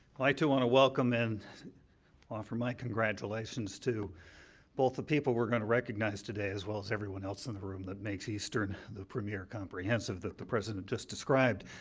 i, too, want to welcome and offer my congratulations to both the people we're going to recognize today as well as everyone else in the room that makes eastern the premier, comprehensive that the president just described.